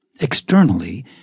Externally